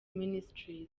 ministries